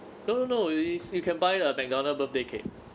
no no no is is you can buy a mcdonald birthday cake